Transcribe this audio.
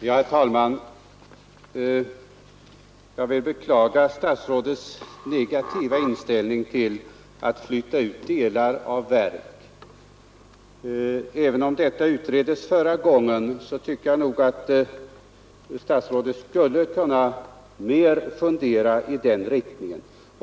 Herr talman! Jag vill beklaga statsrådets negativa inställning till att flytta ut delar av verk. Även om den frågan utreddes förra gången tycker jag att statsrådet skulle kunna fundera mer i den riktningen.